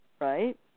right